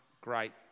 great